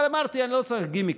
אבל אמרתי: אני לא צריך גימיקים.